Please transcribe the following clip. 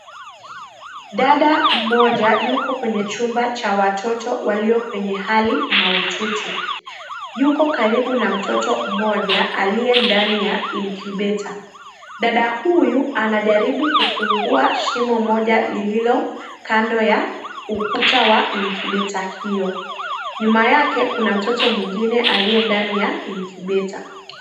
Dada mmoja yuko kwenye chumba cha watoto walio kwenye hali mahututi yuko karibu na mtotot mmoja aliye ndani ya incubator dada huyu anajaribu kufungua shimo moja lililo kando ya ukuta wa [cs incubator hiyo nyuma yake kuna mtoto aliye ndani ya [cs incubator .